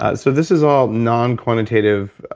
ah so this is all non-quantitative,